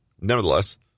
Nevertheless